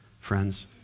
friends